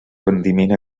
rendiment